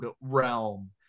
realm